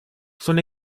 son